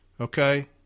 Okay